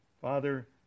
Father